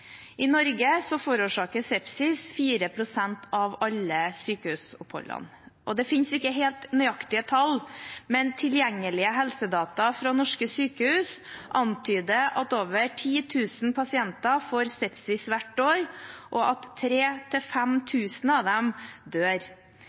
I Norge er sepsis årsaken til 4 pst. av alle sykehusopphold. Det finnes ikke helt nøyaktige tall, men tilgjengelige helsedata fra norske sykehus antyder at over 10 000 pasienter får sepsis hvert år, og at